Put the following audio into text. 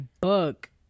book